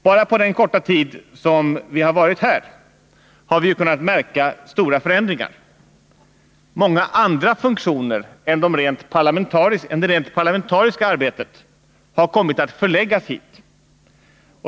Bara på den korta tid som vi varit här har vi kunnat märka stora förändringar. Många andra funktioner än det rent parlamentariska arbetet har kommit att förläggas hit.